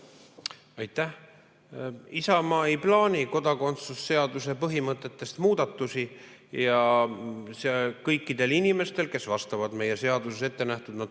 Aitäh! Isamaa ei plaani kodakondsuse seaduse põhimõtetes muudatusi. Kõikidel inimestel, kes vastavad meie seaduses ette nähtud